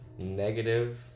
negative